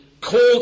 called